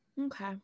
Okay